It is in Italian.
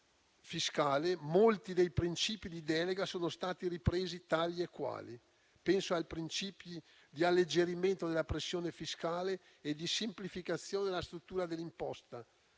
disegno di legge fiscale, molti dei princìpi di delega sono stati ripresi tali e quali: penso al principio di alleggerimento della pressione fiscale e di semplificazione della struttura dell'imposta,